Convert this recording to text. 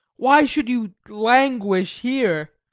why should you languish here?